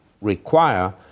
require